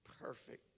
perfect